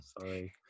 Sorry